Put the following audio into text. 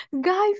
Guy